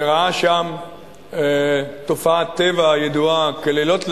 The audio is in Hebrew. וראה שם תופעת טבע, הידועה כ"לילות לבנים",